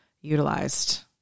utilized